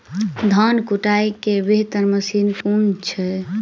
धान कुटय केँ बेहतर मशीन केँ छै?